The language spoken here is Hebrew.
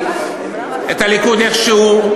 הליכוד איך שהוא,